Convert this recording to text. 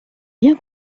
bien